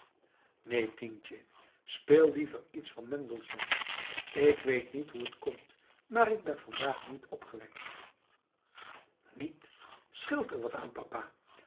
neen tientje speel liever iets van mendelsohn ik weet niet hoe het komt maar ik ben vandaag niet opgewekt niet scheelt er wat aan papa